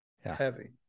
heavy